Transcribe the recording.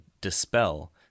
dispel